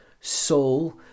soul